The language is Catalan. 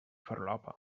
farlopa